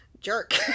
jerk